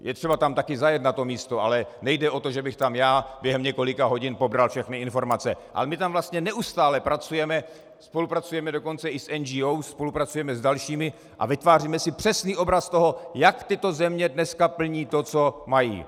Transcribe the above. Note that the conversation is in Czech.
Je třeba tam taky zajet na to místo, ale nejde o to, že bych tam já během několika hodin pobral všechny informace, ale my tam vlastně neustále pracujeme, spolupracujeme dokonce i s NGO, spolupracujeme s dalšími a vytváříme si přesný obraz toho, jak tyto země dneska plní to, co mají.